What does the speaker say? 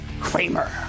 Kramer